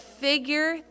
figure